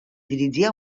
dirigia